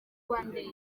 rwandair